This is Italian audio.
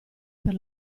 per